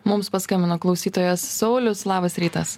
mums paskambino klausytojas saulius labas rytas